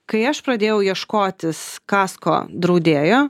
kai aš pradėjau ieškotis kasko draudėjo